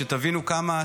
שתבינו כמה,